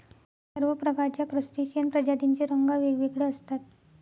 सर्व प्रकारच्या क्रस्टेशियन प्रजातींचे रंग वेगवेगळे असतात